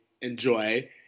enjoy